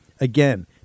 Again